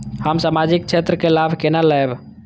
हम सामाजिक क्षेत्र के लाभ केना लैब?